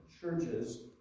churches